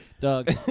Doug